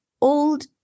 old